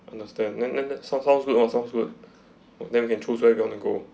understand then that that sounds good ah sounds good then we can choose where we want to go